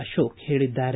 ಅಶೋಕ ಹೇಳಿದ್ದಾರೆ